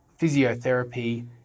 physiotherapy